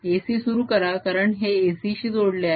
AC सुरु करा कारण हे AC शी जोडले आहे